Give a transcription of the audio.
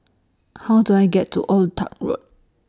How Do I get to Old Toh Tuck Road